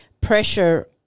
pressure